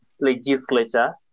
legislature